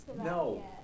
No